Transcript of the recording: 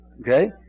Okay